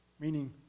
meaning